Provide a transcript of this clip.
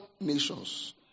nations